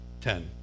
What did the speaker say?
Ten